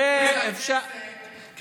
אפשר גם להוציא אתכם מחוץ לכנסת,